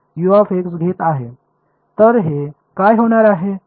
तर हे काय होणार आहे